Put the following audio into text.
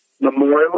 Memorial